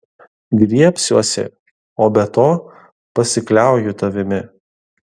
griebsiuosi o be to pasikliauju tavimi